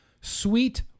sweet